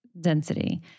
density